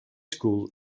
school